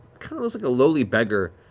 like a lowly beggar,